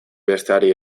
besteari